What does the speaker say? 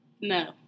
No